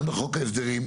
גם בחוק ההסדרים.